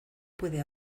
puede